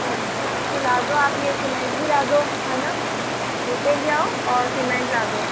अच्छा तो ला दो आप यह सीमेंट भी ला दो है न ईंटें ले आओ और सीमेंट ला दो